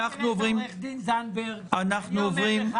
אנחנו עוברים --- אני מכיר את עו"ד זנדברג ואני אומר לך